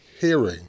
hearing